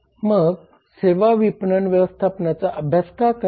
मग सेवा विपणन व्यवस्थापनाचा अभ्यास का करावा